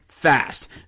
fast